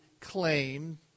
claim